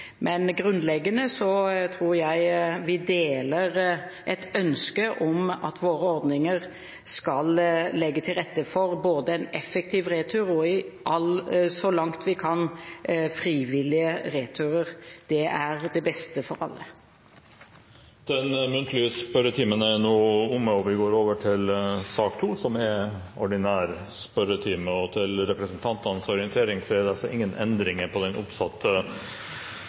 Men jeg tror vi deler et grunnleggende ønske om at våre ordninger skal legge til rette for effektiv retur, og så langt vi kan, frivillige returer. Det er det beste for alle. Dermed er den muntlige spørretimen omme. Til representantenes orientering er det ingen endringer i den oppsatte spørsmålslisten i dagens møte. «Alle berørte parter arbeider nå med planlegging i forbindelse med etablering av Ørland flystasjon som kampflybase. Signalene så